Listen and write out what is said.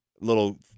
little